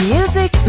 Music